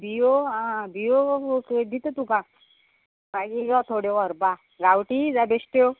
बियो आं बियो दितां तुका मागीर थोड्यो व्हरपा गांवठी काय बेश्ट्यो